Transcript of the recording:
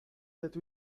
that